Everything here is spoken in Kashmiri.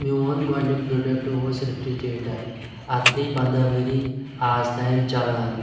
میٛون گۅڈنیُک پرٛوڈَکٹ اوس ریفرِجیٹر اَتھ گٔیہِ پَنٛداہ ؤری اَز تانۍ چَلان